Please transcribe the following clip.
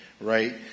right